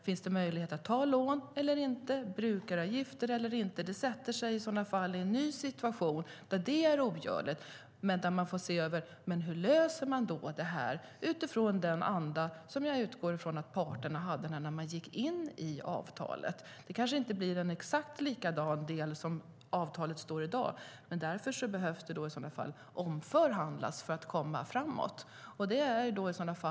Finns det möjlighet till lån eller brukaravgifter? Det sätter en ny situation där det kan bli ogörligt. I så fall får man se över hur det kan lösas utifrån den anda som jag utgår från att parterna hade när avtalet ingicks. Det kanske inte blir ett exakt likadant avtal som i dag. Det kan behöva omförhandlas för att komma framåt, och det ska Trafikverket göra.